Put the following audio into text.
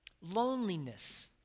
Loneliness